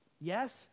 Yes